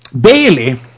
Bailey